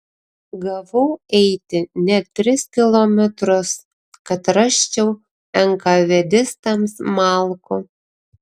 gavau eiti net tris kilometrus kad rasčiau enkavedistams malkų